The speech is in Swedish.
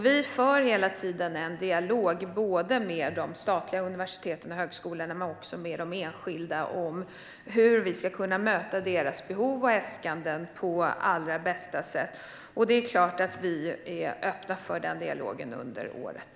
Vi för hela tiden en dialog både med de statliga universiteten och högskolorna och med de enskilda om hur vi ska kunna möta deras behov och äskanden på allra bästa sätt. Det är klart att vi är öppna för denna dialog under året.